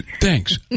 thanks